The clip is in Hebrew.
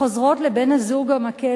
חוזרות לבן-הזוג המכה,